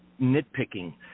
nitpicking